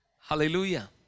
Hallelujah